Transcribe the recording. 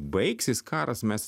baigsis karas mes